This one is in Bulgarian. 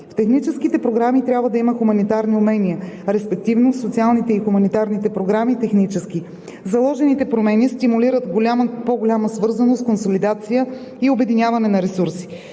В техническите програми трябва да има хуманитарни умения, респективно в социалните и хуманитарните програми – технически. Заложените промени стимулират по-голяма свързаност, консолидация и обединяване на ресурси.